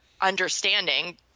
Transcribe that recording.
understanding